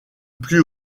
plus